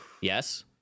Yes